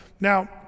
Now